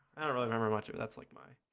i don't really remember much of that's like my